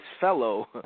fellow